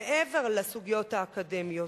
מעבר לסוגיות האקדמיות.